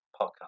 podcast